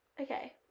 okay